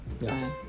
Yes